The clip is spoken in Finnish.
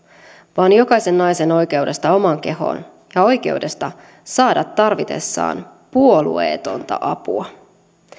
vaan jokaisen naisen oikeudesta omaan kehoon ja oikeudesta saada tarvitessaan puolueetonta apua